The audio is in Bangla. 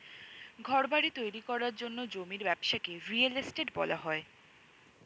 ঘরবাড়ি তৈরি করার জন্য জমির ব্যবসাকে রিয়েল এস্টেট বলা হয়